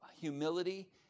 humility